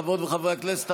חברות וחברי הכנסת,